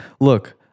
Look